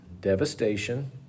devastation